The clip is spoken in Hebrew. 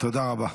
תודה.